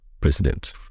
president